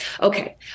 Okay